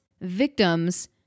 victims